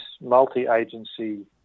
multi-agency